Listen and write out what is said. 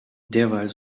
derweil